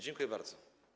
Dziękuję bardzo.